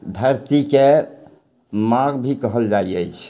धरतीके माँ भी कहल जाइ अछि